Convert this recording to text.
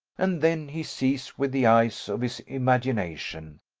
and then he sees with the eyes of his imagination,